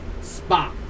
spot